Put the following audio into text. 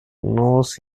nose